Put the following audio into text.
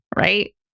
right